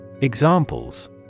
Examples